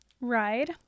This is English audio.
ride